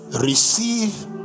receive